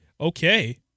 Okay